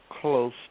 close